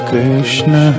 Krishna